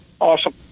awesome